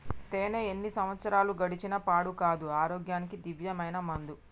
తేనే ఎన్ని సంవత్సరాలు గడిచిన పాడు కాదు, ఆరోగ్యానికి దివ్యమైన మందు